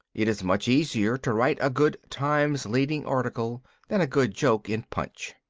it is much easier to write a good times leading article than a good joke in punch.